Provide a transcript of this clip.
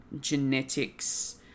genetics